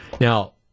Now